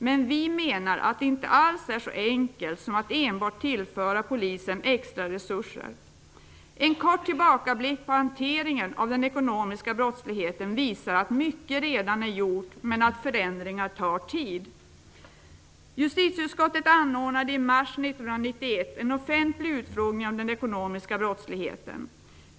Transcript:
Men vi menar att det inte alls är så enkelt som att enbart tillföra polisen extra resurser. En kort tillbakablick på hanteringen av den ekonomiska brottsligheten visar att mycket redan har gjorts men att förändringar tar tid. Justitieutskottet anordnade i mars 1991 en offentlig utfrågning om den ekonomiska brottsligheten.